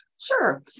Sure